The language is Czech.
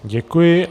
Děkuji.